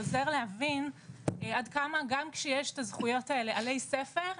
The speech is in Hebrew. אפשר להבין עד כמה גם כשיש את הזכויות האלה עלי ספר,